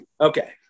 Okay